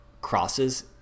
crosses